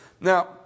Now